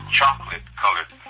chocolate-colored